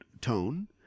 tone